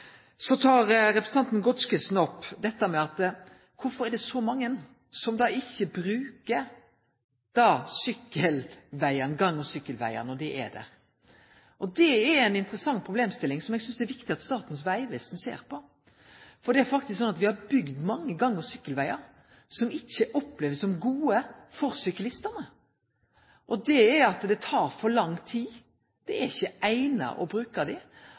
Så tek representanten Godskesen opp kvifor det då er så mange som ikkje bruker gang- og sykkelvegar når dei er der. Og det er ei interessant problemstilling som eg synest det er viktig at Statens vegvesen ser på. For det er faktisk sånn at me har bygd mange gang- og sykkelvegar som ikkje blir opplevde som gode for syklistane. Det tek for lang tid, dei er ikkje eigna til å